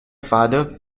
father